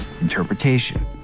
Interpretation